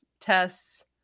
tests